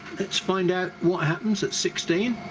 let's find out what happens at sixteen.